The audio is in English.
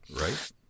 Right